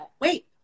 wait